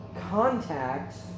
Contacts